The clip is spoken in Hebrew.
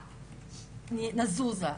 נזוזה.